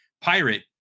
pirate